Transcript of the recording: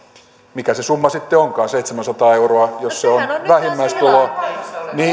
mikä se summa sitten onkaan seitsemänsataa euroa jos se on vähimmäistulo niin